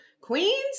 Queens